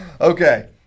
Okay